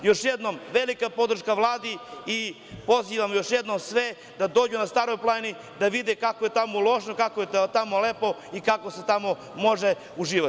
Još jednom velika podrška Vladi i pozivam još jednom sve da dođu na Staru Planinu i da vide kako je tamo uloženo i kako je tamo lepo i kako se tamo može uživati.